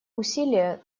усилия